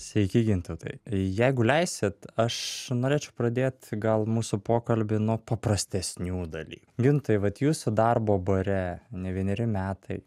sveiki gintautai jeigu leisit aš norėčiau pradėt gal mūsų pokalbį nuo paprastesnių dalykų gintai vat jūsų darbo bare ne vieneri metai